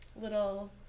little